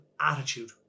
attitude